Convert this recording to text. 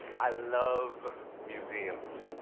i love museums.